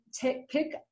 pick